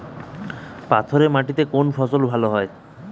পাথরে মাটিতে কোন ফসল ভালো হয়?